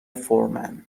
فورمن